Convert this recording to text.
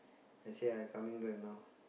I say I coming back now